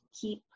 keep